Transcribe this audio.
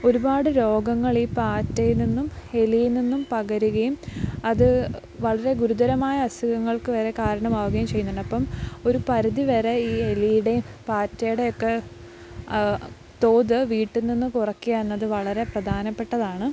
ഒരുപാട് രോഗങ്ങൾ ഈ പാറ്റയില് നിന്നും എലിയില് നിന്നും പകരുകയും അത് വളരെ ഗുരുതരമായ അസുഖങ്ങൾക്ക് വരെ കാരണമാവുകയും ചെയ്യുന്നുണ്ട് അപ്പോള് ഒരു പരിധിവരെ ഈ എലിയുടെയും പാറ്റയുടെയുമൊക്കെ തോത് വീട്ടില്നിന്നും കുറയ്ക്കുക എന്നത് വളരെ പ്രധാനപ്പെട്ടതാണ്